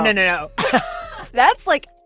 and no, no that's, like,